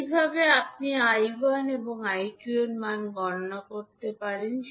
এইভাবে আপনি 𝐈1 এবং 𝐈2 এর মান গণনা করতে পারেন